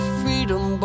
freedom